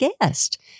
guest